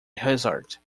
hazard